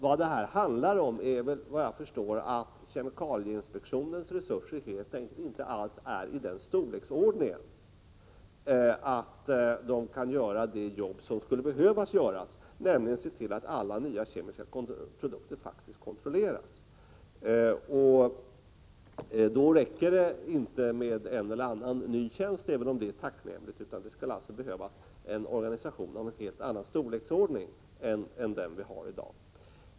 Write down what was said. Vad det handlar om är, såvitt jag förstår, att kemikalieinspektionens resurser helt enkelt inte alls är i den storleksordningen att man kan göra det jobb som skulle behöva göras, nämligen att se till att alla nya kemiska produkter faktiskt kontrolleras. Då räcker det inte med en eller annan ny tjänst, även om det är tacknämligt, utan det skulle behövas en organisation av en helt annan storleksordning än den vi har i dag.